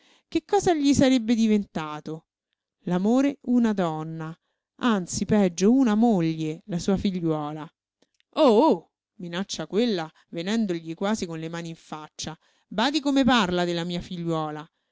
che cosa gli sarebbe diventato l'amore una donna anzi peggio una moglie la sua figliuola oh oh minaccia quella venendogli quasi con le mani in faccia badi come parla della mia figliuola